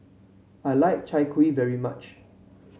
I like Chai Kuih very much